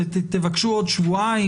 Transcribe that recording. תבקשו עוד שבועיים,